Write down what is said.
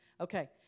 Okay